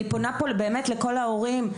אני פונה פה באמת לכל ההורים.